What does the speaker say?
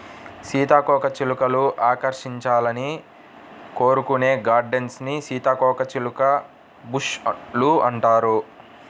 సీతాకోకచిలుకలు ఆకర్షించాలని కోరుకునే గార్డెన్స్ ని సీతాకోకచిలుక బుష్ లు అంటారు